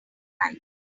right